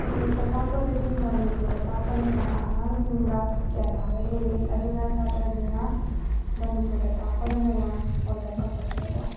ꯏꯪꯂꯤꯁꯇ ꯇꯥꯛꯄꯗꯒꯤ ꯃꯅꯤꯄꯨꯔꯗ ꯇꯥꯛꯄꯅ ꯍꯦꯟꯅ ꯑꯉꯥꯡꯁꯤꯡꯗ ꯒ꯭ꯌꯥꯟ ꯇꯥꯕ ꯍꯦꯜꯂꯤ ꯑꯗꯨꯅ ꯁꯥꯇ꯭ꯔꯁꯤꯡꯅ ꯃꯅꯤꯄꯨꯔꯗ ꯇꯥꯛꯄꯅ ꯍꯦꯟꯅ ꯑꯩꯈꯣꯏꯗ ꯀꯝꯐꯣꯔꯇꯦꯕꯜ ꯑꯣꯏ